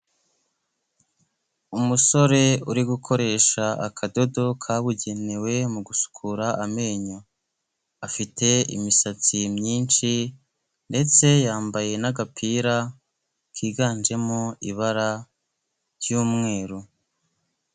Umusore uri gukoresha akadodo kabugenewe mu gusukura amenyo, afite imisatsi myinshi ndetse yambaye n'agapira kiganjemo ibara ry'umweru.